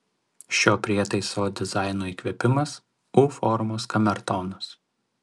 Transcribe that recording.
šio prietaiso dizaino įkvėpimas u formos kamertonas